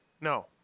No